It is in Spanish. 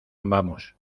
vamos